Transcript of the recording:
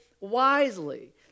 wisely